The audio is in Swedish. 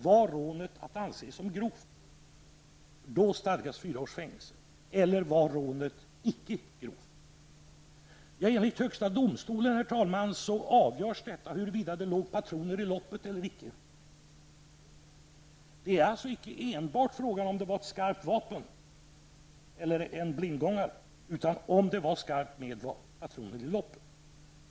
Var rånet att anses som grovt? Då stadgas fyra års fängelse. Eller var rånet icke grovt? Enligt högsta domstolen avgörs detta av huruvida det låg patroner i loppet eller icke. Det är alltså inte enbart frågan om det var ett skarpt vapen eller en blindgångare, utan om det var ett skarpt vapen med patroner i loppet.